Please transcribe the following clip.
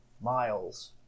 Miles